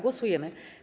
Głosujemy.